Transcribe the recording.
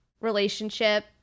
relationship